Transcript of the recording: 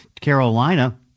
Carolina